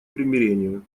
примирению